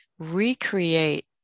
recreate